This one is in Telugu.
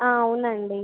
ఆ అవును అండి